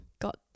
got